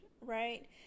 right